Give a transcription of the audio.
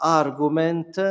argument